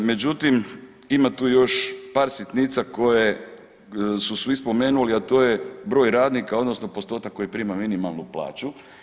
Međutim, ima tu još par sitnica koje su svi spomenuli, a to je broj radnika odnosno postotak koji prima minimalnu plaću.